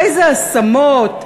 איזה השמות?